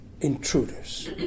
intruders